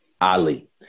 Ali